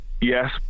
yes